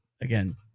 again